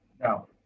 no